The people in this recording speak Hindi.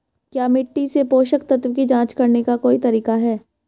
क्या मिट्टी से पोषक तत्व की जांच करने का कोई तरीका है?